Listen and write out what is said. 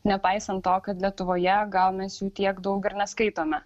nepaisant to kad lietuvoje gal mes jų tiek daug ir neskaitome